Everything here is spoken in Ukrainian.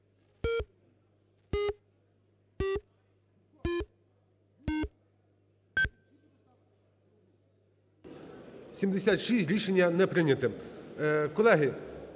76. Рішення не прийняте. Колеги,